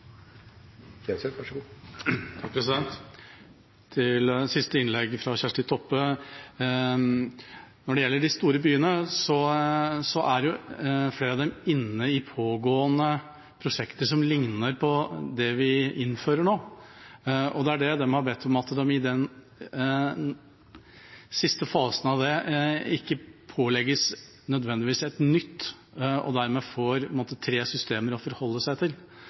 jo flere av dem inne i pågående prosjekter som ligner på det vi innfører nå, og de har bedt om at de, i den siste fasen av det, ikke nødvendigvis pålegges et nytt – og dermed får tre systemer å forholde seg til.